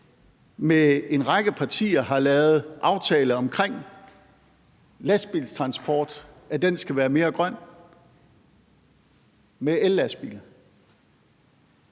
med en række partier har lavet en aftale om lastbiltransport, som skal være mere grøn med ellastbiler.